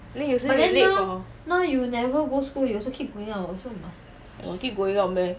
then you say you late for I got keep going out meh